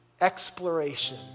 exploration